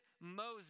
Moses